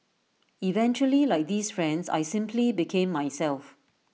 eventually like these friends I simply became myself